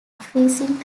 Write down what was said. freezing